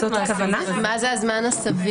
פסיכולוג מומחה, ונתקן את זה בעתיד לפסיכולוג.